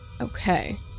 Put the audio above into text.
Okay